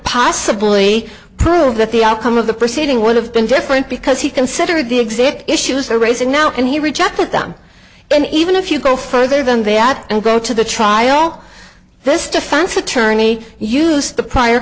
possibly prove that the outcome of the proceeding would have been different because he considered the exit issues they're raising now and he rejected them and even if you go further than they add and go to the trial this defense attorney use the prior